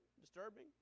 disturbing